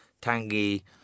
tangy